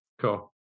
Cool